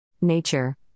Nature